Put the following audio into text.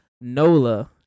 Nola